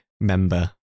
member